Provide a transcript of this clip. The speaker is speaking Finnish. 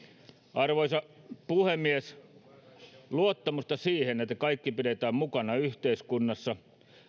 arvoisa puhemies luottamusta siihen että kaikki pidetään mukana yhteiskunnassa